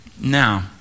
Now